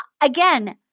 again –